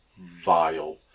vile